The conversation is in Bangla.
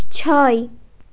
ছয়